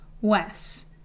Wes